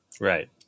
Right